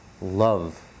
love